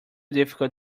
difficult